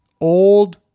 old